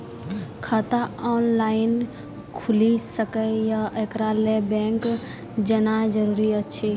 खाता ऑनलाइन खूलि सकै यै? एकरा लेल बैंक जेनाय जरूरी एछि?